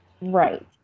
Right